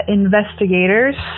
investigators